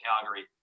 Calgary